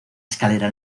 escalera